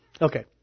Okay